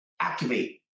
activate